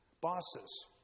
bosses